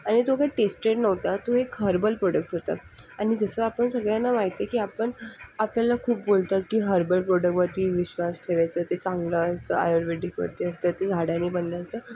आणि जो काही टेस्टेड नव्हता तो एक हर्बल प्रोडक्ट होता आणि जसं आपण सगळ्यांना माहिती आहे की आपण आपल्याला खूप बोलतात की हर्बल प्रोडक्टवरती विश्वास ठेवायचा ते चांगलं असतं आयुर्वेदिकवरती असतं ते हाडानी बनलं असतं